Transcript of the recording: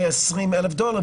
בלוקסמבורג זה 120,000 דולר,